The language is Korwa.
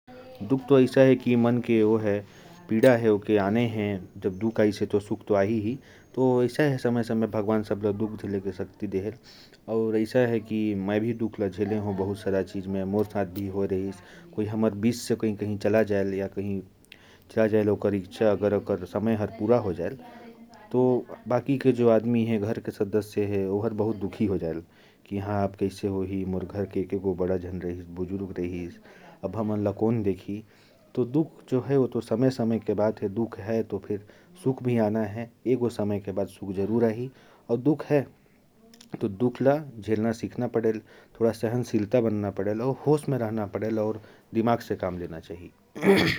दुख तो आता है, वह मन की पीड़ा है। जब दुख आता है, तो सुख भी आना ही है। समय-समय पर भगवान सबके दुख झेलने की क्षमता देते हैं। मैंने भी दुख झेला है, जब कोई घर से हमारे बीच से हमें छोड़कर चला जाता है, तो बहुत दुख होता है। दुख है तो सुख तो आए ही आएगा।